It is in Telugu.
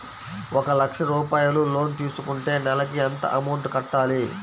ఒక లక్ష రూపాయిలు లోన్ తీసుకుంటే నెలకి ఎంత అమౌంట్ కట్టాలి?